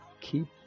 Keep